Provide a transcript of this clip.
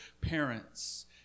parents